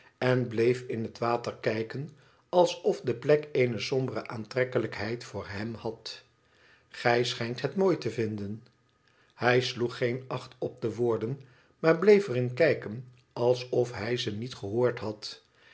en bleef in het water kijken alsof de plek eene sombere aantrekkelijkheid voor hem had gij schijnt het mooi te vinden hij sloeg geen acht op de woorden maar bleef er in kijken alsof hij ze niet gehoord had